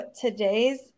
today's